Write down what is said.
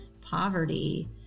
poverty